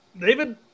David